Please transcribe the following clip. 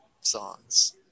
songs